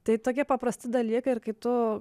tai tokie paprasti dalykai ir kai tu